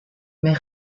mais